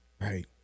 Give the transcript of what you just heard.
Right